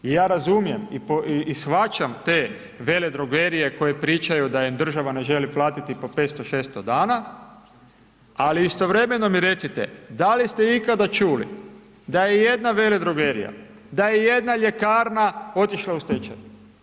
I ja razumijem i shvaćam te veledrogerije koje pričaju da im država ne želi platiti po 500, 600 dana, ali istovremeno mi recite, da li ste ikada čuli da je jedna veledrogerija, da je jedna ljekarna otišla u stečaj?